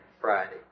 Friday